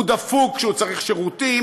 הוא דפוק כשהוא צריך שירותים,